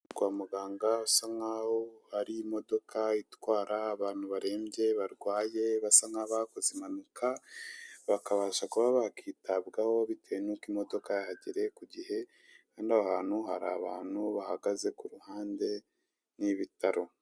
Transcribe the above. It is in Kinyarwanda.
Kwa muganga basa nkaho ari imodoka itwara abantu barembye barwaye basa nk'abakoze impanuka, bakabasha kuba bakwitabwaho, bitewe nuko imodoka yahagereye ku gihe, kandi aha hantu hari abantu bahagaze kuruhande y'ibitaro.